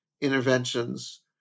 interventions